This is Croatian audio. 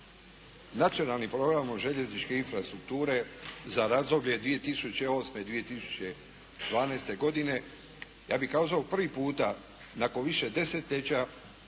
Nacionalni program željezničke infrastrukture za razdoblje 2008./2012. godine, ja bih kazao prvi puta nakon više desetljeća